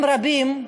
רבים,